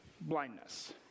blindness